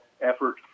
effort